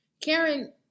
Karen